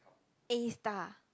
A star